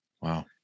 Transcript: Wow